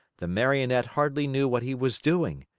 the marionette hardly knew what he was doing.